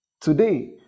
Today